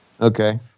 Okay